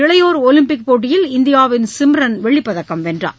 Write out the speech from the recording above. இளையோர் ஒலிம்பிக் போட்டியில் இந்தியாவின் சிம்ரன் வெள்ளிப் பதக்கம் வென்றார்